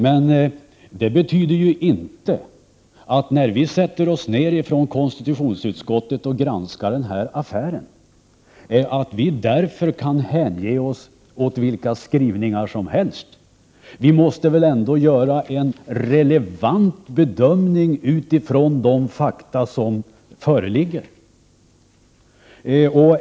Men det betyder ju inte att vi, när vi sätter oss ned i konstitutionsutskottet och granskar den här affären, kan använda oss av vilka skrivningar som helst. Vi måste väl ändå göra en relevant bedömning utifrån de fakta som föreligger.